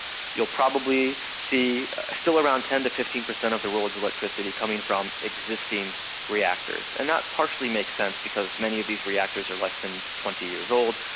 you'll probably see still around ten percent to fifteen percent of the world's electricity coming from existing reactors, and that partially makes sense because many of these reactors are less than twenty years old.